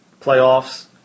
playoffs